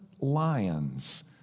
lions